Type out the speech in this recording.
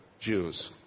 Jews